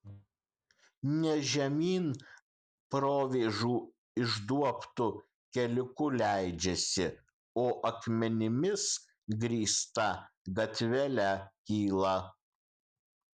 ne žemyn provėžų išduobtu keliuku leidžiasi o akmenimis grįsta gatvele kyla